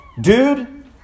Dude